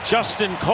Justin